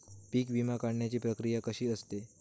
पीक विमा काढण्याची प्रक्रिया कशी असते?